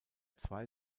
zwei